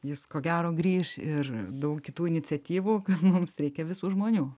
jis ko gero grįš ir daug kitų iniciatyvų kad mums reikia visų žmonių